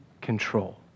control